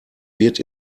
wird